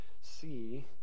see